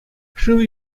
шыв